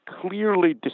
clearly